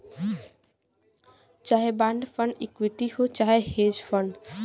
चाहे bond fund equity हौ चाहे हेज फ़ंड